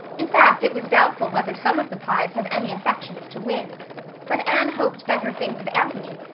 in fact, it was doubtful whether some of the pyes had any affections to win but anne hoped better things of anthony,